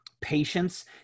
patience